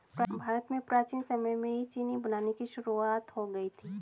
भारत में प्राचीन समय में ही चीनी बनाने की शुरुआत हो गयी थी